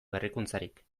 berrikuntzarik